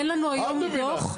אין לנו היום דוח --- את מבינה.